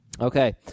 Okay